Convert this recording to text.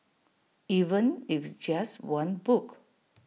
even if it's just one book